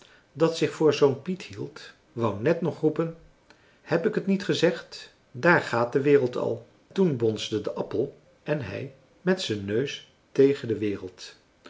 dat zich voor zoo'n françois haverschmidt familie en kennissen piet hield wou net nog roepen heb ik het niet gezegd daar gaat de wereld al toen bonsde de appel en hij met zijn neus tegen de wereld